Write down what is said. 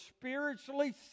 spiritually